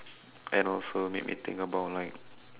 and also made me think about like